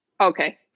Okay